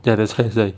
ya that's what I say